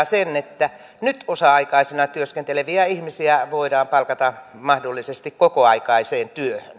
sen että nyt osa aikaisena työskenteleviä ihmisiä voidaan palkata mahdollisesti kokoaikaiseen työhön